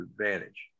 advantage